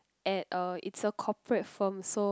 at uh it's a corporate firm so